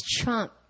trump